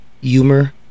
humor